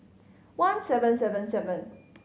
one seven seven seven